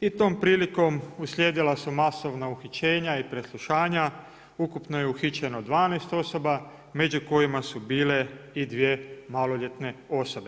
i tom prilikom uslijedila su masovna uhićenja i preslušanja, ukupno je uhićeno 12 osoba među kojima su bile i 2 maloljetne osobe.